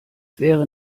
wäre